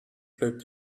bleibt